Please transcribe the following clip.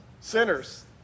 Sinners